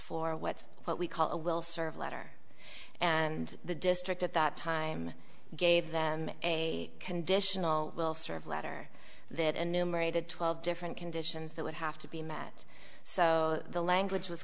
for what's what we call a will serve letter and the district at that time gave them a conditional will serve letter that and numerated twelve different conditions that would have to be met so the language was